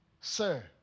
sir